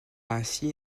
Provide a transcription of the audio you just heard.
ainsi